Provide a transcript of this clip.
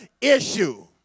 issue